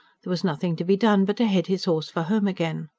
there was nothing to be done but to head his horse for home again.